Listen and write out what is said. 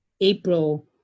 April